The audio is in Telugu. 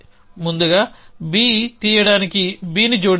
ముందుగా B తీయడానికి Bని జోడించండి